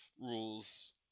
rules